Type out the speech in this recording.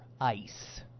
ice